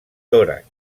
tòrax